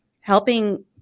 helping